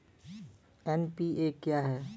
NPA क्या हैं?